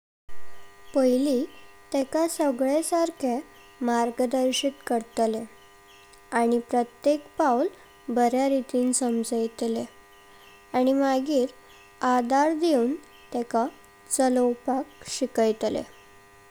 पहिली तेका सगळे सारके मार्गदर्शित करतले, आनी प्रत्येक पावल बऱ्या रितीन समझतले आनी मग आधार दिलून तेका चलवपाक शिकयीतले।